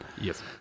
Yes